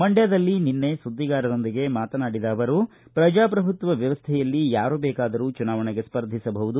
ಮಂಡ್ಕದಲ್ಲಿ ನಿನ್ನೆ ಸುದ್ದಿಗಾರರೊಂದಿಗೆ ಮಾತನಾಡಿದ ಅವರು ಪ್ರಜಾಪ್ರಭುತ್ವ ವ್ಯವಸ್ಠೆಯಲ್ಲಿ ಯರೂ ಬೇಕಾದರೂ ಚುನಾವಣೆಗೆ ಸ್ಪರ್ಧಿಸಬಹುದು